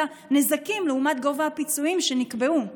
את הנזקים לעומת גובה הפיצויים שנקבעו.